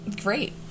Great